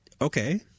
Okay